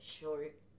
short